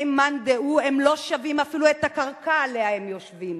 מאן דהוא הם לא שווים אפילו את הקרקע שעליה הם יושבים.